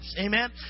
Amen